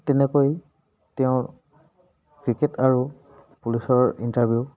তেনেকৈ তেওঁৰ ক্ৰিকেট আৰু পুলিচৰ ইণ্টাৰভিউ